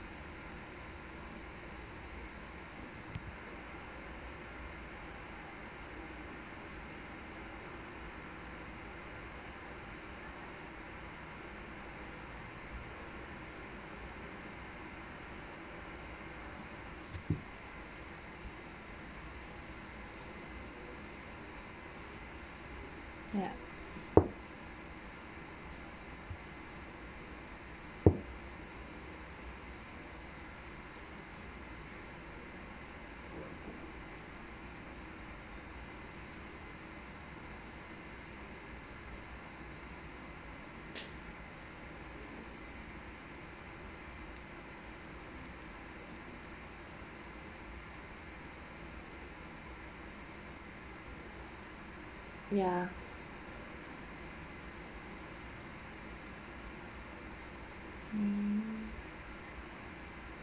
ya ya mm